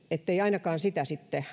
ettei ainakaan sitä aloitetta sitten